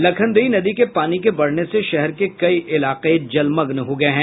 लखनदेई नदी के पानी के बढ़ने से शहर के कई इलाके जलमग्न हो गये हैं